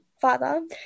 father